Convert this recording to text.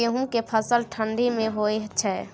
गेहूं के फसल ठंडी मे होय छै?